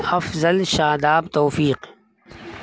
افضل شاداب توفیق